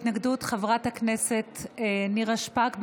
תשיב להתנגדות חברת הכנסת נירה שפק.